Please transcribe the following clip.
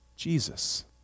Jesus